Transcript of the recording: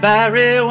Barry